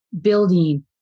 building